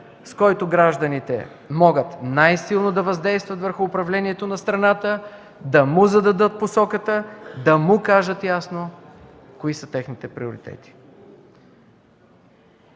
с който гражданите могат най-силно да въздействат върху управлението на страната, да му зададат посоката, да му кажат ясно кои са техните приоритети.